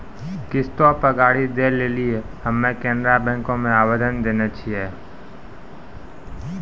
किश्तो पे गाड़ी दै लेली हम्मे केनरा बैंको मे आवेदन देने छिये